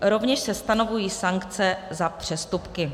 Rovněž se stanovují sankce za přestupky.